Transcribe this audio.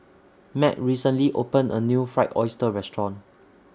Matt recently opened A New Fried Oyster Restaurant